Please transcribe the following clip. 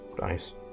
Nice